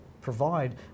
provide